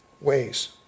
ways